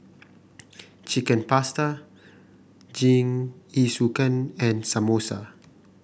Chicken Pasta Jingisukan and Samosa